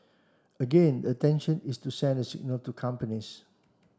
again the intention is to send a signal to companies